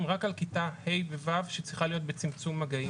רק על כיתה ה' ו-ו' שצריכה להיות בצמצום מגעים.